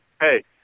hey